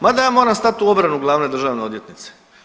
Mada ja moram stati u obranu glavne državne odvjetnice.